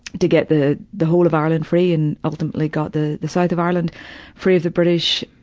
to get the the whole of ireland free, and ultimately got the the south of ireland free of the british,